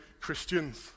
Christians